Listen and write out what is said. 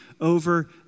over